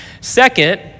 Second